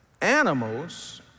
animals